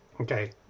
Okay